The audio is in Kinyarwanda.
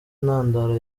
ntandaro